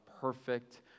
perfect